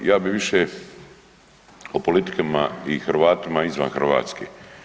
Ja bih više o politikama i Hrvatima izvan Hrvatske.